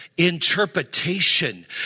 interpretation